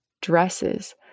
dresses